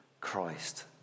Christ